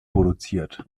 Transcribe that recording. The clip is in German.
produziert